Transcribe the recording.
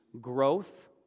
growth